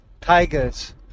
tigers